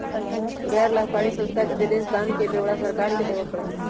गैर लाभकारी संस्था के विदेशी दान के ब्यौरा सरकार के देवा पड़ा हई